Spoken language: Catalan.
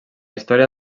història